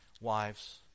Wives